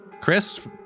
Chris